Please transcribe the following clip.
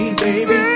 baby